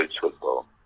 football